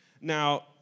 Now